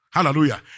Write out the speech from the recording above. Hallelujah